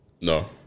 No